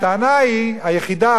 הטענה היחידה,